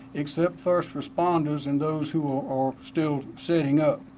except first responders and those who are still setting up.